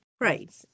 Right